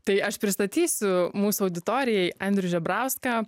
tai aš pristatysiu mūsų auditorijai andrių žebrauską